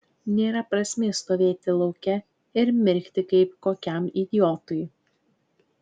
nėra prasmės stovėti lauke ir mirkti kaip kokiam idiotui